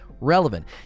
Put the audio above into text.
relevant